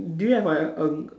do you have like a